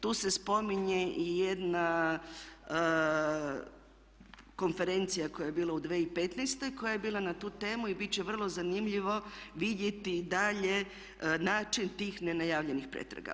Tu se spominje i jedna konferencija koja je bila u 2015.koja je bila na tu temu i bit će vrlo zanimljivo vidjeti dalje način tih nenajavljenih pretraga.